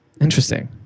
Interesting